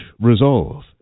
resolve